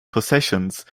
possessions